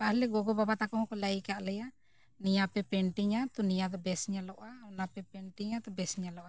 ᱯᱟᱦᱞᱮ ᱜᱚᱜᱚ ᱵᱟᱵᱟ ᱛᱟᱠᱚ ᱦᱚᱸᱠᱚ ᱞᱟᱹᱭ ᱟᱠᱟᱫ ᱞᱮᱭᱟ ᱱᱤᱭᱟᱹ ᱯᱮ ᱯᱮᱱᱴᱤᱝᱟ ᱛᱚ ᱱᱤᱭᱟᱹ ᱫᱚ ᱵᱮᱥ ᱧᱮᱞᱚᱜᱼᱟ ᱚᱱᱟ ᱯᱮ ᱯᱮᱱᱴᱤᱝᱟ ᱛᱚ ᱵᱮᱥ ᱧᱮᱞᱚᱜᱼᱟ